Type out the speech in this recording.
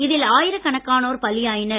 இதில் ஆயிரக்கணக்கானோர் பலியாகினர்